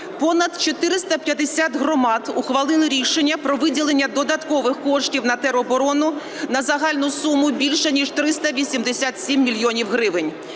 понад 450 громад ухвалили рішення про виділення додаткових коштів на тероборону на загальну суму більше ніж 387 мільйонів гривень.